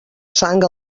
sang